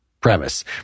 premise